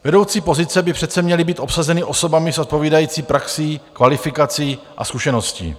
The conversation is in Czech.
Vedoucí pozice by přece měly být obsazeny osobami s odpovídající praxí, kvalifikací a zkušeností.